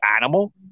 animal